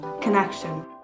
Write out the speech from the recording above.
connection